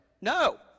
No